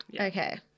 okay